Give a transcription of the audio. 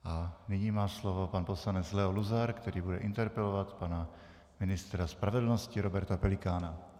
A nyní má slovo pan poslanec Leo Luzar, který bude interpelovat pana ministra spravedlnosti Roberta Pelikána.